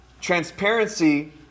transparency